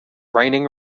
raining